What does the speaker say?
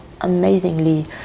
amazingly